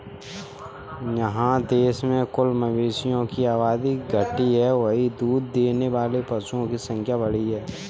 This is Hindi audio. जहाँ देश में कुल मवेशियों की आबादी घटी है, वहीं दूध देने वाले पशुओं की संख्या बढ़ी है